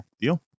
Deal